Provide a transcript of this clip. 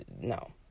No